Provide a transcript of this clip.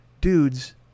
Dudes